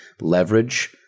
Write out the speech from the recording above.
leverage